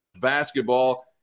basketball